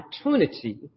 opportunity